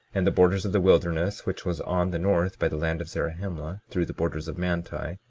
and the borders of the wilderness which was on the north by the land of zarahemla, through the borders of manti,